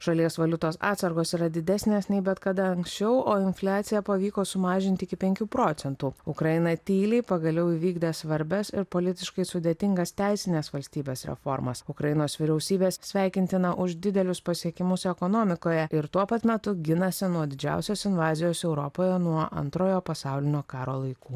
šalies valiutos atsargos yra didesnės nei bet kada anksčiau o infliaciją pavyko sumažint iki penkių procentų ukraina tyliai pagaliau įvykdė svarbias ir politiškai sudėtingas teisinės valstybės reformas ukrainos vyriausybės sveikintina už didelius pasiekimus ekonomikoje ir tuo pat metu ginasi nuo didžiausios invazijos europoje nuo antrojo pasaulinio karo laikų